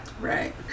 Right